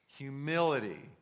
Humility